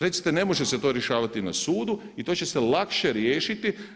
Recite ne može se to rješavati na sudu i to će se lakše riješiti.